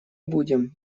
будем